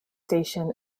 station